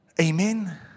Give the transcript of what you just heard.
Amen